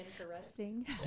Interesting